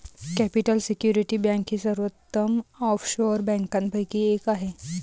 capital security bank ही सर्वोत्तम offshore बँकांपैकी एक आहे